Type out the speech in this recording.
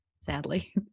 sadly